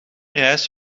reis